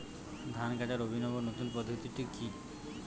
ধান কাটার অভিনব নতুন পদ্ধতিটি কি?